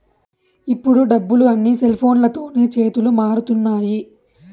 ఇప్పుడు డబ్బులు అన్నీ సెల్ఫోన్లతోనే చేతులు మారుతున్నాయి